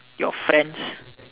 your friends